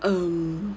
um